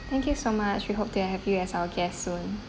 thank you so much we hope to have you as our guests soon